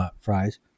fries